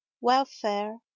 welfare